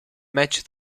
match